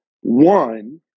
One